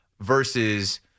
versus